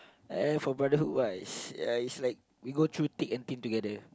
and for brotherhood wise ya it's like we go through thick and thin together